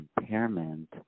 impairment